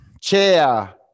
Chair